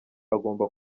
agomba